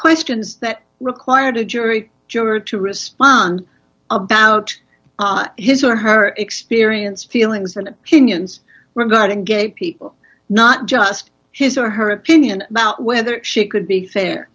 questions that required a jury juror to respond about his or her experience feelings and opinions regarding gay people not just his or her opinion about whether she could be fair